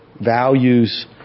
values